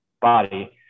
body